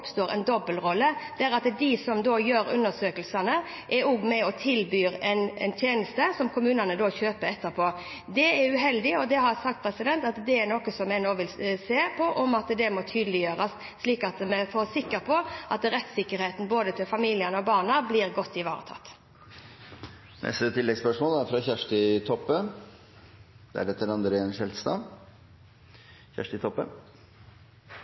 med og tilbyr en tjeneste som kommunene kjøper etterpå. Det er uheldig, og jeg har sagt at det er noe som jeg vil se på. Dette må tydeliggjøres, slik at en er sikker på at rettssikkerheten til både familiene og barna blir godt ivaretatt. Kjersti Toppe – til oppfølgingsspørsmål. Regjeringa slo fast i Sundvolden-erklæringa: «Regjeringen mener i utgangspunktet at produksjon av velferdstjenester skiller seg lite fra andre